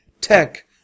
Tech